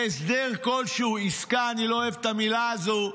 להסדר כלשהו, עסקה, אני לא אוהב את המילה הזו,